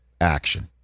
action